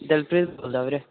ਦਿਲਪ੍ਰੀਤ ਬੋਲਦਾ ਵੀਰੇ